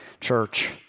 church